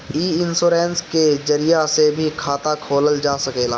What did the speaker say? इ इन्शोरेंश के जरिया से भी खाता खोलल जा सकेला